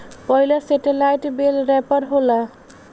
पहिला satellite bale wrapper होला